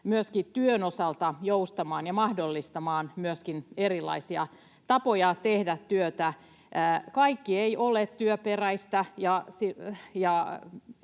myöskin työn osalta joustamaan ja myöskin mahdollistamaan erilaisia tapoja tehdä työtä? Kaikki ei ole työperäistä,